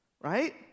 Right